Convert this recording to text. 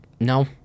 No